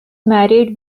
married